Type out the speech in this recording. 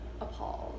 appalled